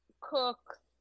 Cook